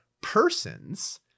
persons